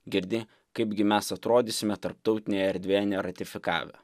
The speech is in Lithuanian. girdi kaipgi mes atrodysime tarptautinėje erdvėje neratifikavę